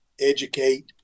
educate